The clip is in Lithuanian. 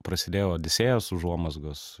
prasidėjo odisėjas užuomazgos